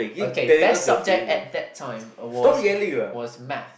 okay best subject at that time was was math